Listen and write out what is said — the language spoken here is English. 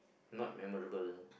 not memorable